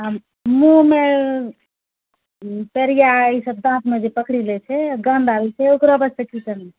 मुँहमे पैड़िया ई सभ दाँतमे जे पकड़ि लए छै गन्ध आबैत छै ओकरा बास्ते की करना